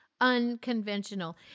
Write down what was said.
unconventional